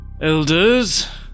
Elders